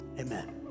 amen